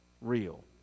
real